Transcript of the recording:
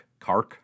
Kark